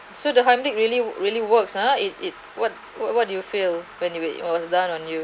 so the heimlich really really works ah it it what what do you feel when it wait it was done on you